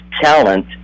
talent